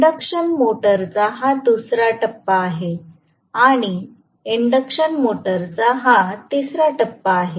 induction मोटरचा हा दुसरा टप्पा आहे आणि इंडक्शन मोटरचा हा तिसरा टप्पा आहे